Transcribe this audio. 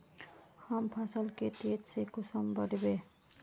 हम फसल के तेज से कुंसम बढ़बे?